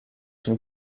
une